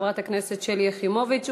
חברת הכנסת שלי יחימוביץ,